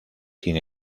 sin